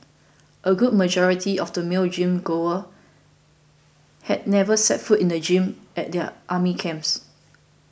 a good majority of these male gym goers had never set foot in the gym at their army camps